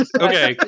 Okay